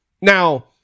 Now